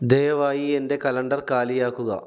ദയവായി എന്റെ കലണ്ടർ കാലിയാക്കുക